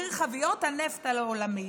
מחיר חביות הנפט העולמי.